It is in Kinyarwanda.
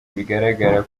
bigaragara